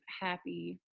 happy